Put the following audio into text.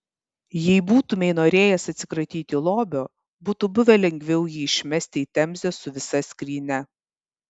jei būtumei norėjęs atsikratyti lobio būtų buvę lengviau jį išmesti į temzę su visa skrynia